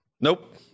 Nope